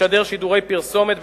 לשדר שידורי פרסומת,